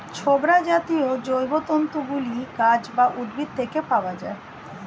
ছোবড়া জাতীয় জৈবতন্তু গুলি গাছ বা উদ্ভিদ থেকে পাওয়া যায়